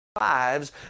lives